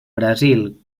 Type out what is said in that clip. brasil